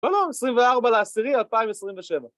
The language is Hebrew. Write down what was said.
לא לא, 24 לעשירי, 2027.